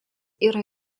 yra